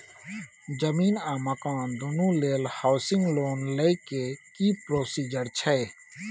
जमीन आ मकान दुनू लेल हॉउसिंग लोन लै के की प्रोसीजर छै?